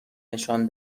نشان